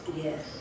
Yes